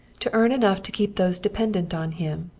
to earn enough to keep those dependent on him,